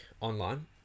online